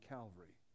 Calvary